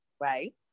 Right